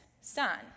son